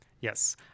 Yes